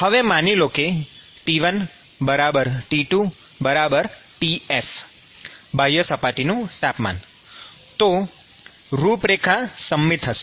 હવે માનો કે T1 T2 Ts બાહ્યસપાટીનું તાપમાન તો રૂપરેખા સંમિત હશે